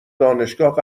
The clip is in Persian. دانشگاه